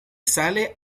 sale